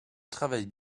travailles